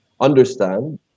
understand